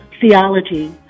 theology